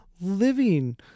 living